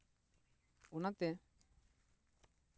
ᱚᱱᱟ ᱛᱮ